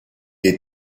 est